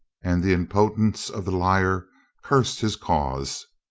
and the impotence of the liar cursed his cause.